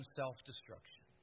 self-destruction